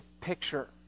picture